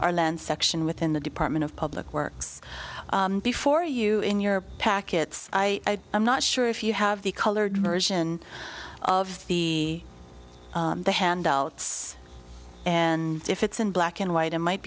our land section within the department of public works before you in your packets i am not sure if you have the colored version of the handouts and if it's in black and white it might